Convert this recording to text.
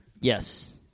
Yes